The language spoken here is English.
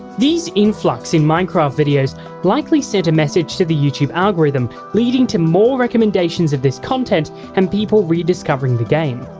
these influx in minecraft videos likely sent a message to the youtube algorithm, leading to more recommendations of this content and people rediscovering the game.